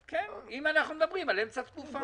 כן, אם אנחנו מדברים על אמצע תקופה.